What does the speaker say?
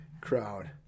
crowd